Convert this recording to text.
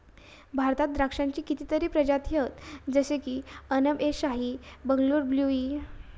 भारतात द्राक्षांची कितीतरी प्रजाती हत जशे की अनब ए शाही, बंगलूर ब्लू ई